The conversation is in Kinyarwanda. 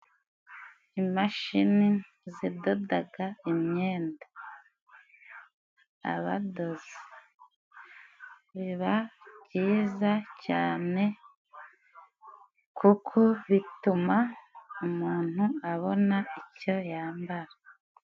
Imashini zidodaga imyenda, abadozi biba byiza cyane kuko bituma umuntu abona icyo yambara.